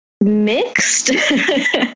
mixed